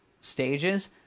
stages